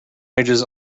ranges